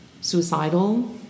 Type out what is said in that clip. suicidal